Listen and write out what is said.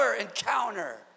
encounter